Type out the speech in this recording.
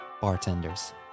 bartenders